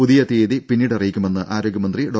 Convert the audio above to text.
പുതിയ തിയ്യതി പിന്നീട് അറിയിക്കുമെന്ന് ആരോഗ്യമന്ത്രി ഡോ